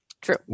true